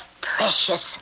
precious